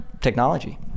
technology